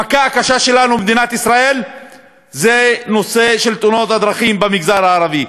המכה הקשה שלנו במדינת ישראל זה הנושא של תאונות הדרכים במגזר הערבי,